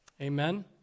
Amen